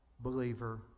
believer